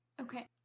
Okay